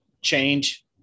Change